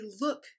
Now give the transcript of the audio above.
look